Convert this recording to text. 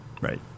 right